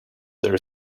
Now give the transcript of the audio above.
their